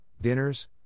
dinners